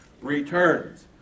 returns